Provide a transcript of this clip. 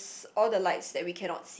it's all the lights that we cannot see